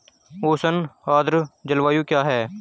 उष्ण आर्द्र जलवायु क्या है?